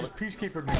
but peacekeeper